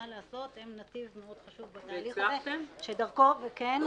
אלמנט הבושה הוא משהו שחוזר כחוט השני בכל המקרים בהם